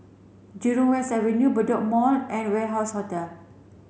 Jurong West Avenue Bedok Mall and Warehouse Hotel